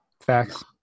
facts